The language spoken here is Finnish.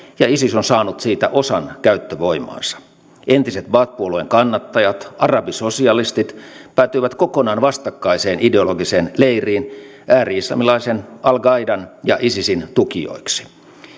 ja isis on saanut siitä osan käyttövoimaansa entiset baath puolueen kannattajat arabisosialistit päätyivät kokonaan vastakkaiseen ideologiseen leiriin ääri islamilaisten al qaidan ja isisin tukijoiksi